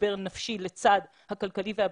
למשבר נפשי לצד הכלכלי והבריאותי.